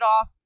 off